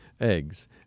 eggs